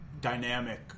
dynamic